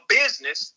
business